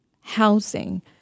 housing